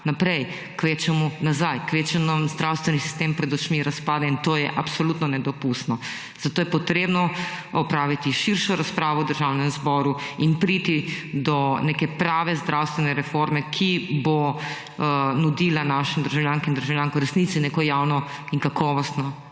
naprej, kvečjemu nazaj, kvečjemu nam zdravstveni sistem pred očmi razpada in to je absolutno nedopustno. Zato je potrebno opraviti širšo razpravo v Državnem zboru in priti do neke prave zdravstvene reforme, ki bo nudila našim državljankam in državljanom v resnici neko javno in kakovostno